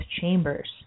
chambers